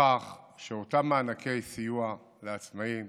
בכך שאותם מענקי סיוע לעצמאים